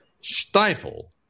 stifle